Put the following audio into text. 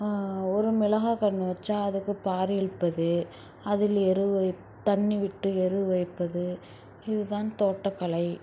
ஒரு மிளகாய் கன்று வச்சால் அதுக்கு பாரு இழுப்பது அதில் எரு தண்ணி விட்டு எரு வைப்பது இது தான் தோட்டக்கலை